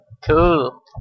Cool